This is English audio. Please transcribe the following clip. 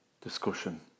discussion